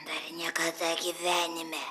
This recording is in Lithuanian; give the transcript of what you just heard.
dar niekada gyvenime